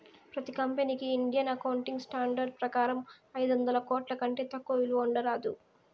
ప్రతి కంపెనీకి Indian accounting standards ప్రకారం ఐదొందల కోట్ల కంటే తక్కువ విలువ ఉండరాదు